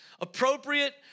appropriate